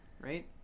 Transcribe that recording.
right